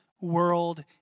world